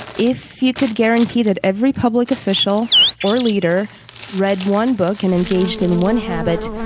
if you could guarantee that every public official or leader read one book and engaged and one habit,